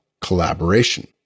collaboration